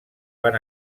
van